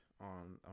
on